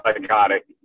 psychotic